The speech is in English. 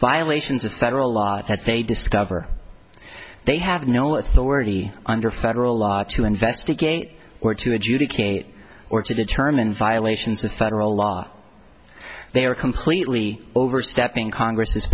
violations of federal law that they discover they have no authority under federal law to investigate or to adjudicate or to determine violations of federal law they are completely overstepping congress